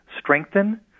strengthen